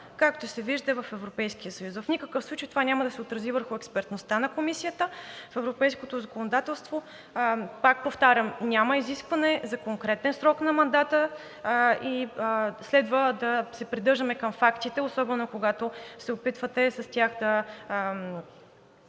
както се вижда, в Европейския съюз. В никакъв случай това няма да се отрази върху експертността на Комисията. В европейското законодателство, пак повтарям, няма изискване за конкретен срок на мандата и следва да се придържаме към фактите, особено когато се опитвате с тях да